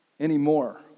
anymore